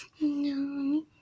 No